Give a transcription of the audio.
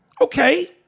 Okay